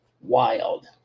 wild